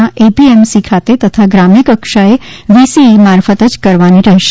ના એપીએમસી ખાતે તથા ગ્રામ્ય કક્ષાએ વીસીઇ મારફત જ કરવાની રહેશે